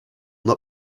not